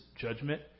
judgment